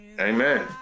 Amen